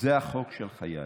זה החוק של חיי.